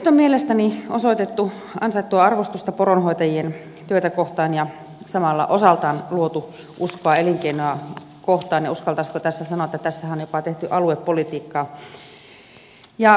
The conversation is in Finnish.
nyt on mielestäni osoitettu ansaittua arvostusta poronhoitajien työtä kohtaan ja samalla osaltaan luotu uskoa elinkeinoa kohtaan ja uskaltaisiko tässä sanoa että tässähän on jopa tehty aluepolitiikkaa